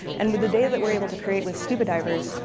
and with the day that we're able to create with scuba divers,